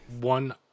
One